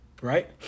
Right